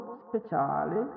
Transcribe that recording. speciale